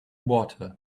water